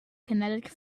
kinetic